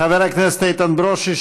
חבר הכנסת איתן ברושי,